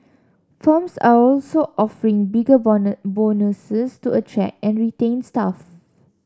firms are also offering bigger bonuses to attract and retain staff